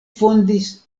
fondis